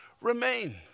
remain